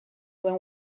duen